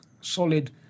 solid